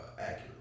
accurate